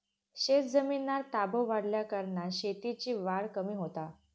शेतजमिनीर ताबो वाढल्याकारणान शेतीची वाढ कमी होता